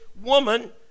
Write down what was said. woman